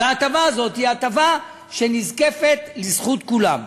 וההטבה הזאת היא הטבה שנזקפת לזכות כולם.